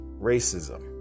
racism